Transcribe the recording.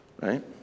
right